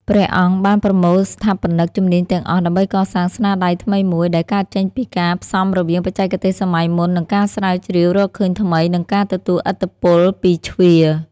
ព្រះអង្គបានប្រមូលស្ថាបនិកជំនាញទាំងអស់ ដើម្បីកសាងស្នាដៃថ្មីមួយ ដែលកើតចេញពីការផ្សំរវាងបច្ចេកទេសសម័យមុន ការស្រាវជ្រាវរកឃើញថ្មី និងការទទួលឥទ្ធិពលពីជ្វា។